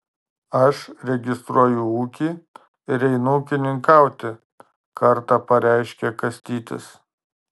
aš registruoju ūkį ir einu ūkininkauti kartą pareiškė kastytis